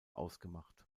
ausgemacht